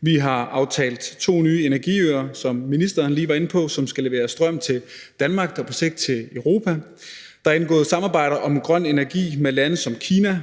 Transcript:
Vi har aftalt to nye energiøer, som ministeren lige var inde på, som skal levere strøm til Danmark og på sigt til Europa. Der er indgået samarbejder om grøn energi med lande som Kina,